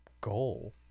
goal